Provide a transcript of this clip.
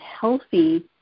healthy